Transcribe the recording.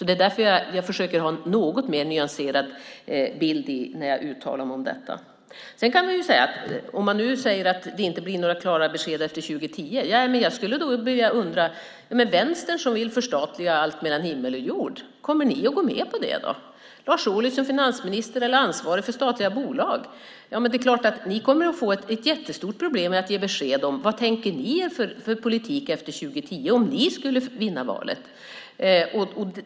Det är därför jag försöker att ha en något mer nyanserad bild när jag uttalar mig om detta. Om ni nu säger att det inte blir några klara besked om vad som händer efter 2010 skulle jag för min del börja undra över Vänstern som vill förstatliga allt mellan himmel och jord. Kommer ni att gå med på det? Med Lars Ohly som finansminister eller ansvarig för statliga bolag är det klart att ni kommer att få ett jättestort problem med att ge besked om vad ni tänker er för politik efter 2010 om ni skulle vinna valet.